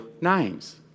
names